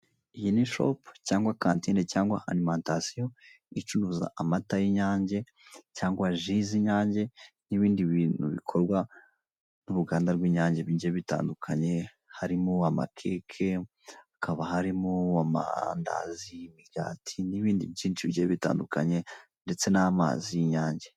Iyi ni shopu cyangwa kantine cyangwa arimantasiyo, icuruza amata y'Inyange cyangwa ji z'Inyange; n'ibindi bintu bikorwa n'uruganda rw'Inyange bigiye bitandukanye, harimo: amakeke, hakaba harimo amandazi, imikati n'ibindi bigiye bitandukanye, ndetse n'amazi y'Inyange.